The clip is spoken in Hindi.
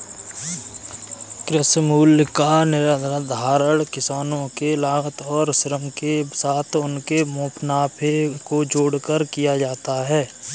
कृषि मूल्य का निर्धारण किसानों के लागत और श्रम के साथ उनके मुनाफे को जोड़कर किया जाता है